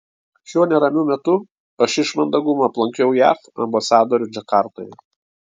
šiuo neramiu metu aš iš mandagumo aplankiau jav ambasadorių džakartoje